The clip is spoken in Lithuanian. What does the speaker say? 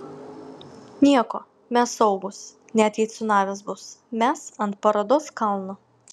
nieko mes saugūs net jei cunamis bus mes ant parodos kalno